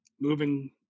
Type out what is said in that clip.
moving